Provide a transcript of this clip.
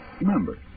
Remember